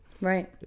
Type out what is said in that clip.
Right